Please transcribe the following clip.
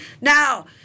Now